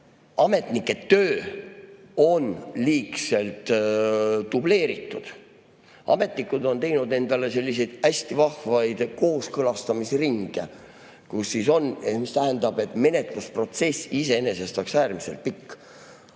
ametnike töö on liigselt dubleeritud. Ametnikud on teinud endale selliseid hästi vahvaid kooskõlastamisringe, mis tähendab, et menetlusprotsess iseenesest oleks äärmiselt pikk. Ja